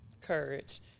Courage